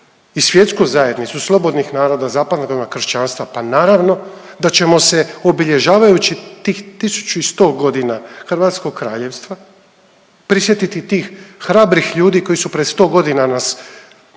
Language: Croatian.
i svjetsku zajednicu slobodnih naroda zapadnoga kršćanstva pa naravno da ćemo se obilježavajući tih 1100 godina Hrvatskog Kraljevstva prisjetiti tih hrabrih ljudi koji su pred 100 godina nas